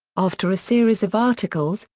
after a series of articles,